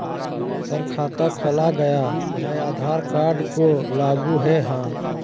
Sir खाता खोला गया मैं आधार कार्ड को लागू है हां?